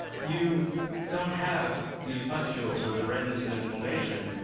you don't have the pustules or the redness and inflammation.